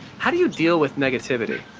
how do you deal with negativity?